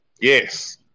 Yes